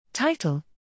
Title